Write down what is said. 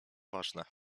ważne